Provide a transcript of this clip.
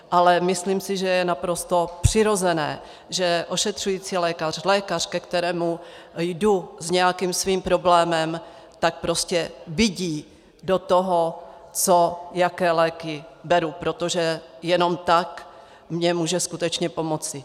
Ale myslím si, že je naprosto přirozené, že ošetřující lékař, lékař, ke kterému jdu s nějakým svým problémem, tak prostě vidí do toho, co, jaké léky beru, protože jenom tak mně může skutečně pomoci.